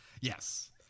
Yes